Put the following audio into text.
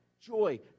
joy